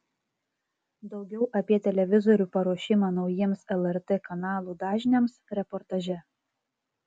daugiau apie televizorių paruošimą naujiems lrt kanalų dažniams reportaže